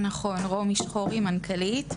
אני מנכ"לית.